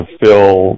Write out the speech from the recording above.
fill